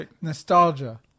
Nostalgia